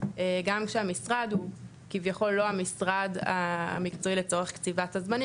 גם כשהמשרד הוא לא המשרד המקצועי לצורך קציבת הזמנים,